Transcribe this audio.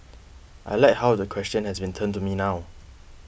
I like how the question has been turned to me now